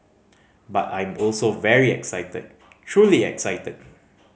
but I'm also very excited truly excited